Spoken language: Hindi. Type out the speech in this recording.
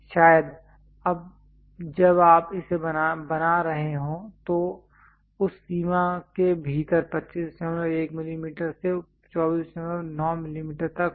शायद जब आप इसे बना रहे हों तो उस सीमा के भीतर 251 mm से 249 mm तक हो